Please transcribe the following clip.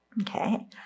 okay